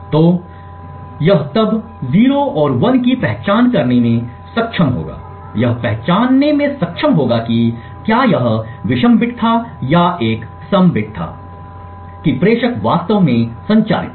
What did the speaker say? तो यह तब 0s और 1s की पहचान करने में सक्षम होगा यह पहचानने में सक्षम होगा कि क्या यह विषम बिट था या एक सम बिट था कि प्रेषक वास्तव में संचारित था